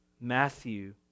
Matthew